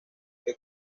que